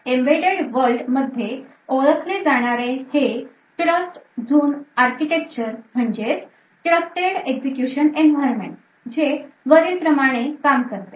Embedded World मध्ये ओळखले जाणारे हे Trust zoon architecture म्हणजेच Trusted Execution Environment जे वरील प्रमाणे काम करते